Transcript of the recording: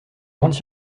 grandes